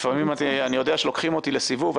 לפעמים אני יודע שלוקחים אותי לסיבוב,